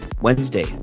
Wednesday